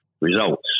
results